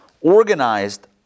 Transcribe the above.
organized